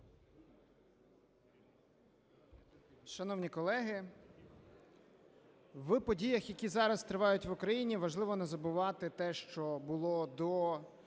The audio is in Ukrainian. Шановні колеги! В подіях, які зараз тривають в Україні важливо не забувати те, що було до